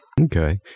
Okay